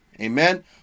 amen